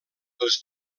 els